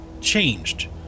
changed